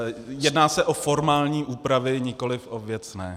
Jedná se o formální úpravy, nikoliv o věcné.